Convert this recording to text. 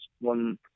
one